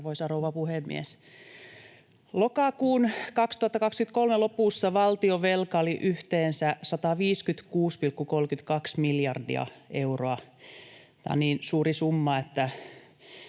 Arvoisa rouva puhemies! Lokakuun 2023 lopussa valtionvelka oli yhteensä 156,32 miljardia euroa — tämä on niin suuri summa, että